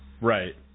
right